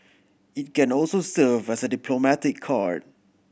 it can also serve as a diplomatic card